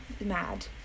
mad